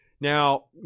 Now